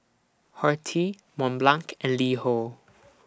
Horti Mont Blanc and LiHo